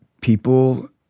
People